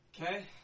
Okay